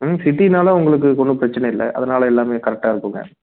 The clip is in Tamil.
ம் சிட்டினால் உங்களுக்கு ஒன்றும் பிரச்சின இல்லை அதனால் எல்லாமே கரெக்டா இருக்குதுங்க